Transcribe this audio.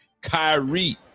Kyrie